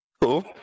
cool